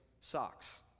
socks